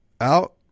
out